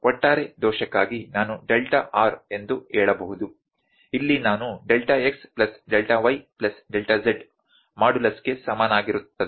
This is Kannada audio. ಆದ್ದರಿಂದ ಒಟ್ಟಾರೆ ದೋಷಕ್ಕಾಗಿ ನಾನು ಡೆಲ್ಟಾ r ಎಂದು ಹೇಳಬಹುದು ಇಲ್ಲಿ ನಾನು delta x plus delta y plus delta z ಮಾಡ್ಯುಲಸ್ಗೆ ಸಮನಾಗಿರುತ್ತದೆ